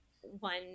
one